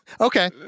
Okay